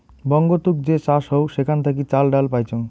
বঙ্গতুক যে চাষ হউ সেখান থাকি চাল, ডাল পাইচুঙ